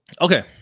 okay